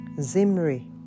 Zimri